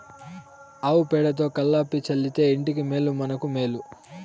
ఆవు పేడతో కళ్లాపి చల్లితే ఇంటికి మేలు మనకు మేలు